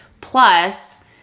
Plus